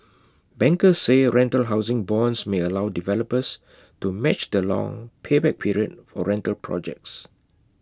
bankers say rental housing bonds may allow developers to match the long payback period for rental projects